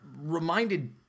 reminded